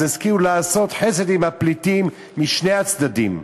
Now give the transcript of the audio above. אז ישכילו לעשות חסד עם הפליטים משני הצדדים,